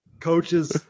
coaches